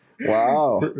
wow